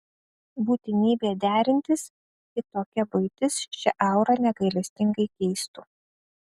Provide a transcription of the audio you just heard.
būtinybė derintis kitokia buitis šią aurą negailestingai keistų